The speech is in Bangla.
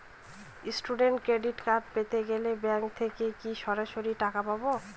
স্টুডেন্ট ক্রেডিট কার্ড পেতে গেলে ব্যাঙ্ক থেকে কি সরাসরি টাকা পাবো?